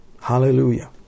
Hallelujah